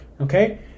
okay